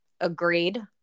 Agreed